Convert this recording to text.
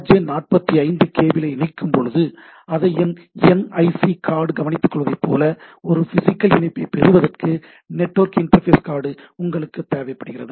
J 45 கேபிளை இணைக்கும் போது அதை என் ஐ சி கார்டு கவணித்துக்கொள்வதைப் போல ஒரு பிஸிக்கல் இணைப்பைப் பெறுவதற்கு நெட்வொர்க் இன்டர்ஃபேஸ் கார்டு உங்களுக்குத் தேவைப்படுகிறது